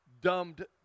dumbed